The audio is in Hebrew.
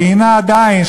והיא עדיין,